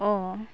ᱚᱻ